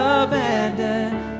abandoned